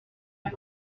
les